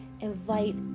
invite